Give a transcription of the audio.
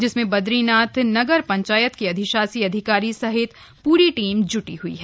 जिसमें बद्रीनाथ नगर पंचायत के अधिशासी अधिकारी सहित पूरी टीम जुटी हुयी है